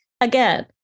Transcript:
again